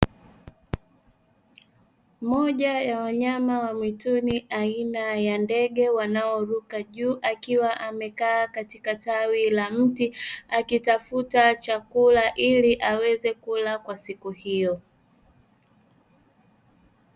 Moja ya wanyama wa mwituni aina ya ndege wanaoruka juu, akiwa amekaa katika tawi la mti, akitafuta chakula ili aweze kula kwa siku hiyo.